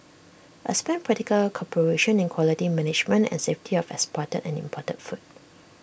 expand practical cooperation in quality management and safety of exported and imported food